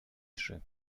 trzy